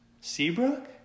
Seabrook